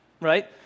Right